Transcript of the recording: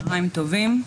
צוהריים טובים,